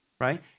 right